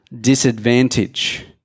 disadvantage